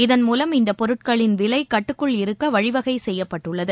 இதன் மூவம் இந்தப் பொருட்களின் விலைகட்டுக்குள் இருக்கவழிவகைசெய்யப்பட்டுள்ளது